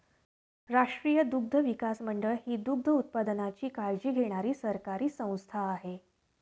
राष्ट्रीय दुग्धविकास मंडळ ही दुग्धोत्पादनाची काळजी घेणारी सरकारी संस्था आहे